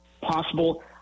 possible